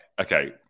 okay